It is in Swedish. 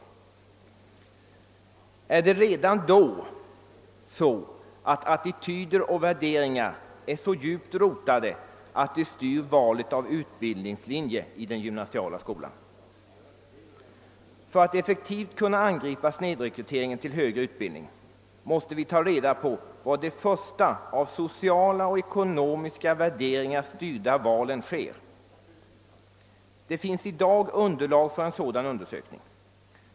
Har redan då attityder och värderingar rotats så djupt att de styr valet av utbildningslinje i den gymnasiala skolan? För att effektivt kunna angripa snedrekryteringen till högre utbildning måste vi ta reda på var de första av sociala och ekonomiska värderingar styrda valen sker. Det finns i dag underlag för en sådan undersökning.